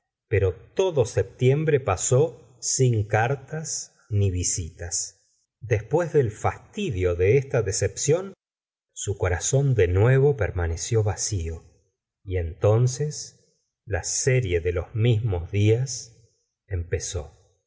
pero todo septiembre pasó sin cartas ni visitas después del fastidio de esta decepción su corazón de nuevo permaneció vació y entonces la serie de los mismos días empezó